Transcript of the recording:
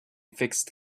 fixed